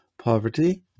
poverty